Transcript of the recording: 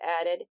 added